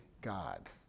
God